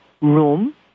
room